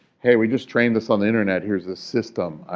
hey, we just trained this on the internet. here's the system.